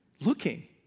looking